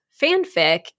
fanfic